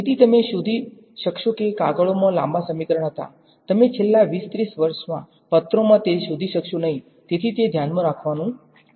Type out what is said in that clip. તેથી તમે શોધી શકશો કે કાગળોમાં લાંબા સમીકરણો હતા તમે છેલ્લા 20 30 વર્ષમાં પત્રોમાં તે શોધી શકશો નહીં તેથી તે ધ્યાનમાં રાખવાનુ છે